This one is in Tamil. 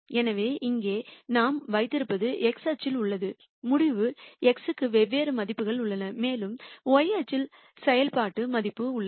எனவே இங்கே நாம் வைத்திருப்பது x அச்சில் உள்ளது முடிவு x க்கு வெவ்வேறு மதிப்புகள் உள்ளன மேலும் y அச்சில் செயல்பாட்டு மதிப்பு உள்ளது